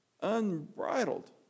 unbridled